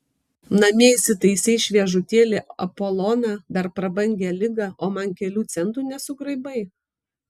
namie įsitaisei šviežutėlį apoloną dar prabangią ligą o man kelių centų nesugraibai